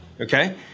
Okay